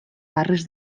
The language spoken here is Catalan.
barres